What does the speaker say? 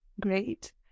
Great